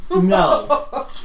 No